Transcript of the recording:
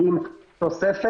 כן.